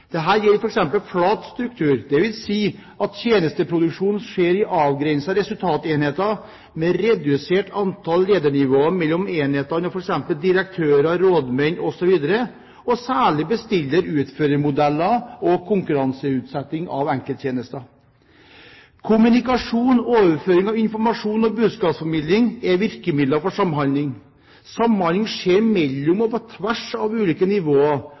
gjelder f.eks. flat struktur, dvs. at tjenesteproduksjonen skjer i avgrensede resultatenheter med redusert antall ledernivåer mellom enhetene og f.eks. direktører, rådmenn osv., og særlig bestiller/utfører-modeller og konkurranseutsetting av enkelttjenester. Kommunikasjon, overføring av informasjon og budskapsformidling er virkemidler for samhandling. Samhandling skjer mellom og på tvers av ulike nivåer,